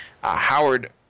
Howard